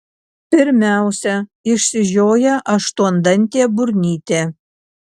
pirmiausia išsižioja aštuondantė burnytė